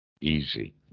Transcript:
easy